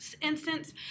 instance